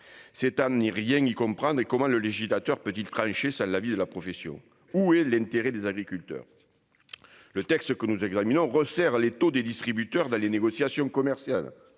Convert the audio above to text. C'est à n'y rien comprendre, et comment le législateur peut-il trancher sans l'avis de la profession ? Où est l'intérêt des agriculteurs ? Le texte que nous examinons resserre l'étau sur les distributeurs dans les négociations commerciales